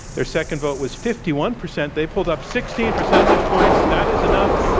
their second vote was fifty one percent they pulled up sixteen percentage points. that is enough.